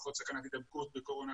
פחות סכנת הידבקות בקורונה